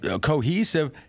cohesive